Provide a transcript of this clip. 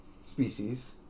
species